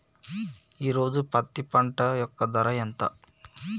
ఈ రోజు పత్తి పంట యొక్క ధర ఎంత ఉంది?